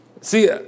See